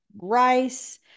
rice